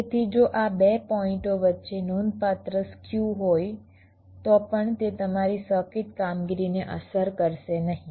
તેથી જો આ 2 પોઇન્ટઓ વચ્ચે નોંધપાત્ર સ્ક્યુ હોય તો પણ તે તમારી સર્કિટ કામગીરીને અસર કરશે નહીં